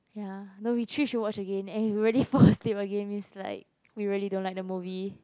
ya no we chose to watch it again and if we really fall asleep again it's like we really don't like the movie